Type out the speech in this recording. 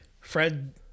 Fred